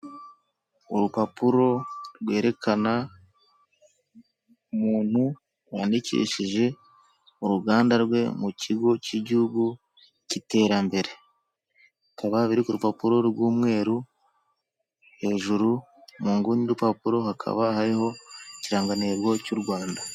Urupapuro rwerekana umuntu wandikishije uruganda rwe mu kigo cy'gihugu cy'iterambere, bikaba biri ku rupapuro rw'umweru, hejuru munguni y'urupapuro hakaba hariho ikirangantego cy'u Rwanda.